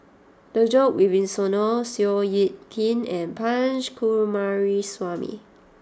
Djoko Wibisono Seow Yit Kin and Punch Coomaraswamy